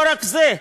לא רק זה,